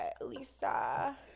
Lisa